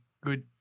good